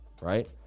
right